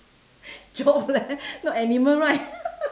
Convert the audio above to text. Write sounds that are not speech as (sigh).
job leh (laughs) not animal right (laughs)